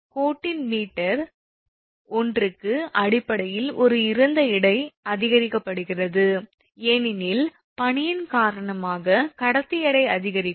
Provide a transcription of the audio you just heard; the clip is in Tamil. கோட்டின் மீட்டர் ஒன்றுக்கு அடிப்படையில் ஒரு இறந்த எடை அதிகரிக்கப்படுகிறது ஏனெனில் பனியின் காரணமாக கடத்தி எடை அதிகரிக்கும்